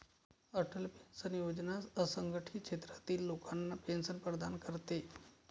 Atal pension योजना असंघटित क्षेत्रातील लोकांना पेन्शन प्रदान करते